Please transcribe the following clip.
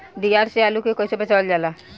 दियार से आलू के कइसे बचावल जाला?